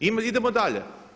Idemo dalje.